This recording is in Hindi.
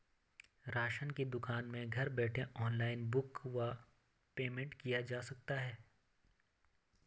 राशन की दुकान में घर बैठे ऑनलाइन बुक व पेमेंट किया जा सकता है?